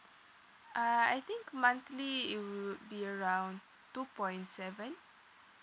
uh I think monthly it would be around two point seven